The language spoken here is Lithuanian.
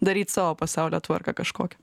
daryt savo pasaulio tvarką kažkokią